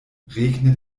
regnet